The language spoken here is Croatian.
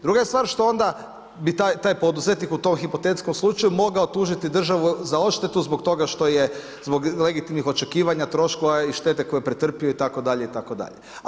Druga je stvar što onda bi taj poduzetnik u tom hipotetskom slučaju mogao tužiti državu za odštetu zbog toga što je, zbog legitimnih očekivanja troškova i štete koju je pretrpio itd. itd.